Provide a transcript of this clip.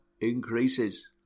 increases